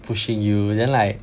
pushing you then like